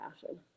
passion